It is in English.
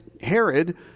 Herod